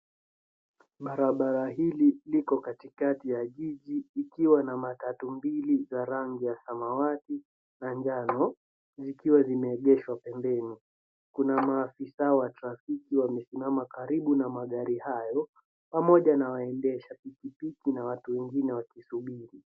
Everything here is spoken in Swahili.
Barabara hili liko katikati ya jiji ikiwa na matatu mbili za rangi ya samawati na njano zikiwa zimeegeshwa pembeni. Kuna maafisa wa trafiki wamesimama karibu na magari hayo pamoja na waendesha pikipiki na watu wengine wakisubiri.